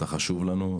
אתה חשוב לנו,